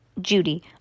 Judy